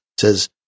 says